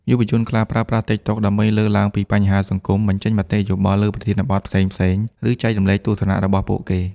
យុវជនខ្លះប្រើប្រាស់ TikTok ដើម្បីលើកឡើងពីបញ្ហាសង្គម បញ្ចេញមតិយោបល់លើប្រធានបទផ្សេងៗ ឬចែករំលែកទស្សនៈរបស់ពួកគេ។